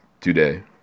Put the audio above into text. today